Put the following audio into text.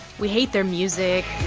we hate their music